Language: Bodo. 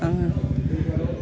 आङो